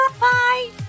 Bye